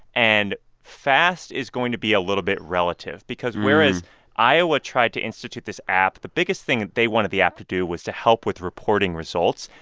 and fast is going to be a little bit relative because, whereas iowa tried to institute this app, the biggest thing that they wanted the app to do was to help with reporting results,